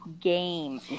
game